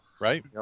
right